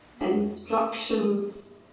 Instructions